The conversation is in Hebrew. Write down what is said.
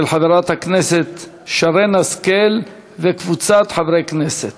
של חברת הכנסת שרן השכל וקבוצת חברי כנסת.